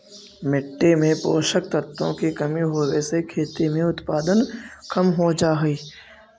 मिट्टी में पोषक तत्वों की कमी होवे से खेती में उत्पादन कम हो जा हई